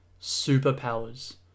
Superpowers